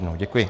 Děkuji.